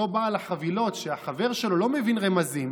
אותו בעל החבילות, שהחבר שלו לא מבין רמזים,